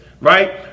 right